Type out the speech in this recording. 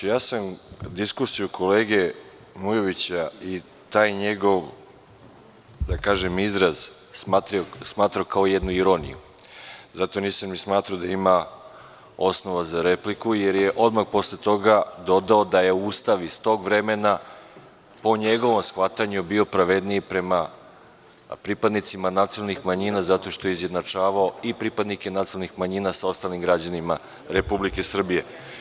Gospodine Obradoviću, diskusiju kolege Mukovića i taj njegov izraz sam smatrao kao jednu ironiju, zato nisam ni smatrao da ima osnova za repliku, jer je odmah posle toga dodao da je Ustav iz tog vremena po njegovom shvatanju bio pravedniji prema pripadnicima nacionalnih manjina zato što je izjednačavao i pripadnike nacionalnih manjina sa ostalim građanima Republike Srbije.